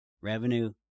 revenue